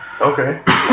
Okay